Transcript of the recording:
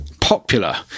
popular